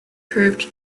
proved